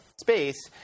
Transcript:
space